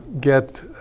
get